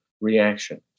reaction